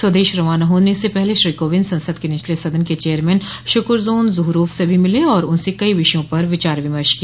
स्वदेश रवाना होने से पहले श्री कोविंद संसद के निचले सदन के चेयरमैन शुकुरजोन जुहुरोफ से भी मिले और उनसे कई विषयों पर विचार विमर्श किया